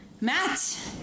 Matt